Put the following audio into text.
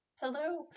Hello